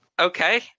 Okay